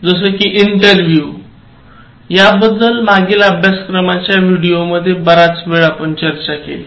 जस कि इंटरव्हिव्हमुलखात याबद्दल मागील अभ्यासक्रमाच्या व्हिडिओंमध्ये बराच वेळ आपण चर्चा केली